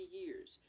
years